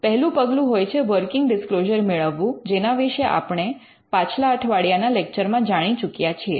પહેલું પગલું હોય છે વર્કિંગ ડિસ્ક્લોઝર મેળવવું જેના વિશે આપણે પાછલા અઠવાડિયાના લેક્ચરમાં જાણી ચૂક્યા છીએ